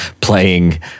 playing